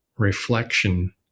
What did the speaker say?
reflection